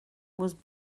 was